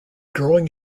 growing